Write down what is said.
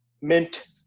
mint